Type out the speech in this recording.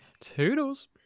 Toodles